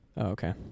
Okay